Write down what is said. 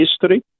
history